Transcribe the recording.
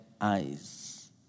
eyes